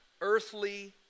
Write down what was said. earthly